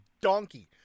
donkey